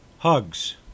Hugs